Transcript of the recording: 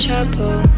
Trouble